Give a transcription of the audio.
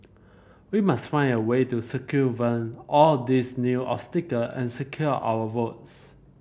we must find a way to circumvent all these new obstacle and secure our votes